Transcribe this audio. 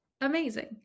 Amazing